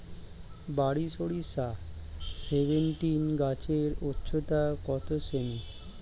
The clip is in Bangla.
বারি সরিষা সেভেনটিন গাছের উচ্চতা কত সেমি?